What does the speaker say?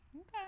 okay